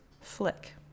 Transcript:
flick